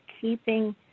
keeping